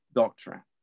doctrine